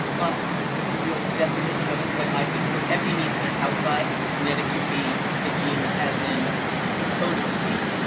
well, this isn't the real definition, but it's the way i think of it. epi means sort of outside and genetics would be the genes, as in the code of the genes.